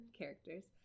characters